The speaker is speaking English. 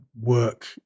work